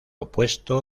opuesto